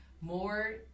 more